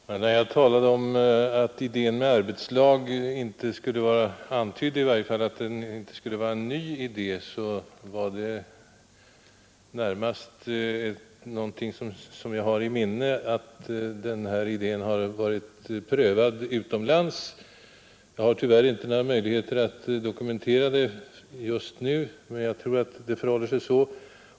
Fru talman! När jag talade om att idén med arbetslag i varje fall inte skulle vara en ny idé så var det närmast därför att jag har ett minne av att den här idén har varit prövad utomlands. Jag har tyvärr inte några möjligheter att dokumentera detta just nu, men jag tror det förhåller sig så.